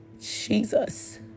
Jesus